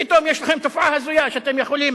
פתאום יש לכם תופעה הזויה שאתם יכולים